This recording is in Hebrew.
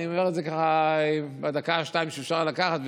אני אומר את זה ככה בדקה-שתיים שאפשר לקחת,